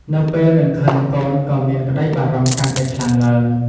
នៅពេលមិនឃើញកូនក៏មានក្តីបារម្ភកាន់តែខ្លាំងឡើង ។